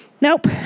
nope